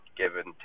given